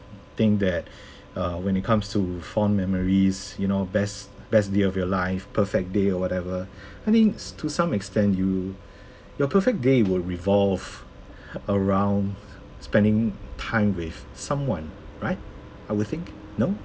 think that uh when it comes to fond memories you know best best day of your life perfect day or whatever I think to some extent you your perfect day will revolve around spending time with someone right I would think no